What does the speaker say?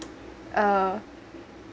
uh